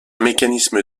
mécanisme